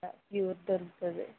pure దొరుకుతుంది